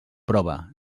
prova